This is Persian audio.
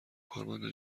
کارمند